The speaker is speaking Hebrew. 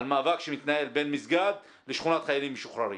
על מאבק שמתנהל בין מסגד לשכונת חיילים משוחררים.